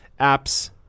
apps